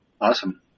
Awesome